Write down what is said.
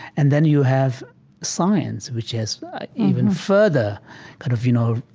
and then you have science, which has even further kind of, you know,